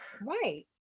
Right